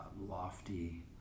lofty